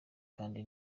kandi